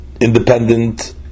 independent